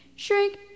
Shrink